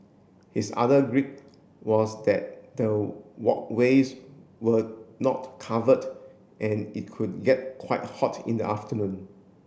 his other was that the walkways were not covered and it could get quite hot in the afternoon